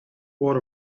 what